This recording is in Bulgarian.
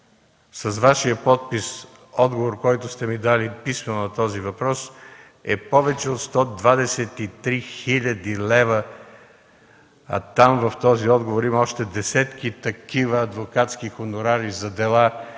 С Вашия подпис, отговор, който сте ми дали писмено на този въпрос, е повече от 123 хил. лв. А там, в този отговор, има още десетки такива адвокатски хонорари за дела,